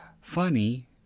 funny